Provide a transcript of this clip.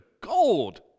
gold